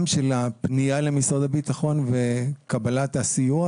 גם של הפנייה למשרד הביטחון וקבלת הסיוע,